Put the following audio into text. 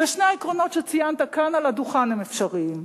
ושני העקרונות שציינת כאן על הדוכן הם אפשריים,